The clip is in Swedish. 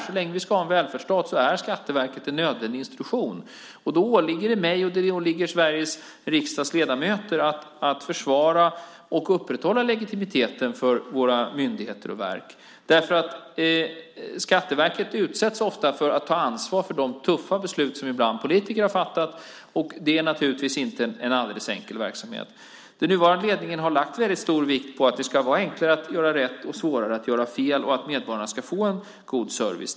Så länge vi ska ha en välfärdsstat är Skatteverket en nödvändig institution. Det åligger mig och Sveriges riksdags ledamöter att försvara och upprätthålla legitimiteten för våra myndigheter och verk. Skatteverket utsätts ofta för att ta ansvar för de tuffa beslut som politiker ibland har fattat. Det är inte en alldeles enkel verksamhet. Den nuvarande ledningen har lagt väldigt stor vikt vid att det ska vara enklare att göra rätt och svårare att göra fel och vid att medborgarna ska få en god service.